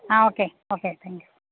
ആ okay okay thank you